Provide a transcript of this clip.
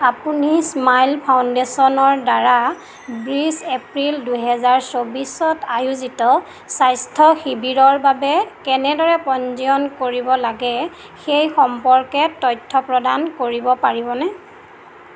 আপুনি স্মাইল ফাউণ্ডেশ্যনৰদ্বাৰা বিছ এপ্ৰিল দুহেজাৰ চৌবিছত আয়োজিত স্বাস্থ্য শিবিৰৰ বাবে কেনেদৰে পঞ্জীয়ন কৰিব লাগে সেই সম্পৰ্কে তথ্য প্ৰদান কৰিব পাৰিবনে